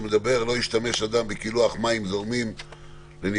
סעיף: "לא ישתמש אדם בקילוח מים זורמים לניקוי